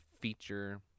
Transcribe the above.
feature